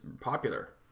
popular